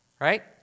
right